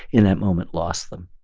in that moment, lost them.